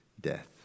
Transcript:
death